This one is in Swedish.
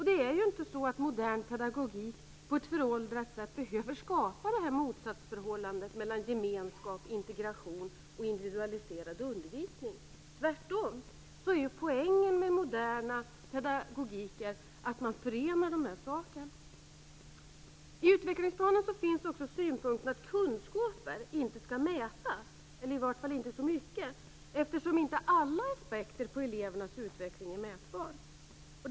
Det är inte så att modern pedagogik på ett föråldrat sätt behöver skapa detta motsatsförhållande mellan gemenskap, integration och individualiserad undervisning. Tvärtom är poängen med modern pedagogik att man förenar dessa saker. I utvecklingsplanen finns också synpunkten att kunskaper inte skall mätas, eller i vart fall inte så mycket, eftersom alla aspekter på elevernas utveckling inte är mätbara.